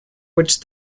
which